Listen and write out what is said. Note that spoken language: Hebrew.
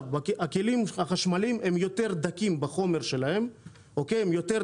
הכלים החשמליים הם יותר דקים בחומר שלהם מכלי